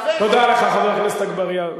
אלפי שנים, תודה לך, חבר הכנסת אגבאריה.